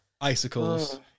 icicles